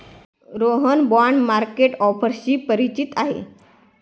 Rohan bond market ऑफर्सशी परिचित आहे